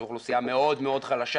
זו אוכלוסייה מאוד מאוד חלשה,